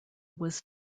was